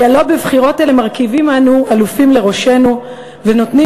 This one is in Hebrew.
כי הלוא בבחירות אלה מרכיבים אנו אלופים לראשינו ונותנים